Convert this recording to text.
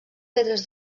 pedres